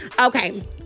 Okay